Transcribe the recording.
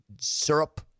Syrup